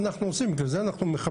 יובאו לישראל או יוצרו בישראל?